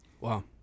Wow